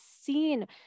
seen